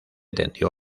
tendió